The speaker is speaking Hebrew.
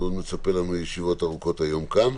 ועוד מצפות לנו ישיבות ארוכות היום כאן.